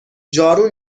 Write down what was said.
جارو